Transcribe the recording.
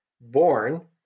born